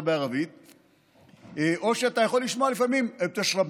ונשאר נציג יחיד של דוברי ערבית כשפת אם אחרי שכולם